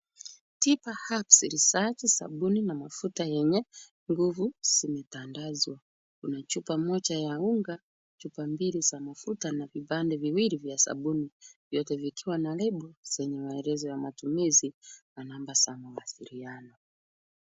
Tiba Herbs Reserch sabuni na mafuta yenye nguvu zimetandazwa. Kuna chupa moja ya unga, chupa mbili za mafuta na vipande viwili vya sabuni, vyote vikiwa na lebo yenye maelezo ya matumizi na namba za mawasiliano.